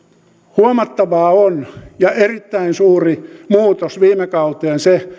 huomattavaa on ja erittäin suuri muutos viime kauteen nähden